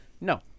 no